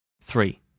Three